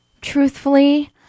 Truthfully